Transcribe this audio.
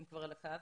זה בכל זאת